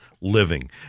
living